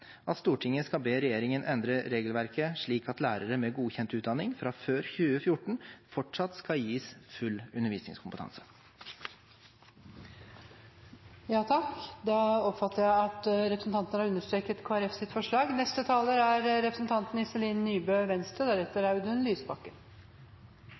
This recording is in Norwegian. at Stortinget skal be regjeringen endre regelverket slik at lærere med godkjent utdanning fra før 2014 fortsatt skal gis full undervisningskompetanse. Saken om kompetansekrav for lærere har